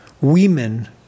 women